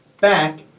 Back